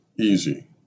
Easy